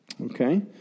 Okay